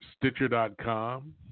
Stitcher.com